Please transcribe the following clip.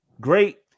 great